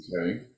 Okay